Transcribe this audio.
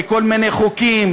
בכל מיני חוקים,